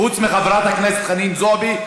חוץ מחברת הכנסת חנין זועבי,